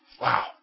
Wow